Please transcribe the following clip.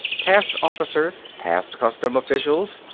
past officers, past customs officials,